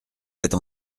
êtes